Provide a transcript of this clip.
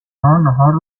ها، نهار